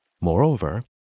moreover